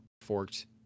forked